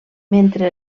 mentre